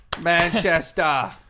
Manchester